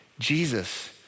Jesus